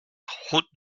route